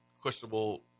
questionable